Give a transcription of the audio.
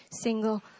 single